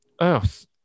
earth